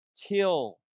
kill